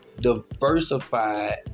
diversified